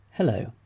Hello